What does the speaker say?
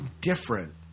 different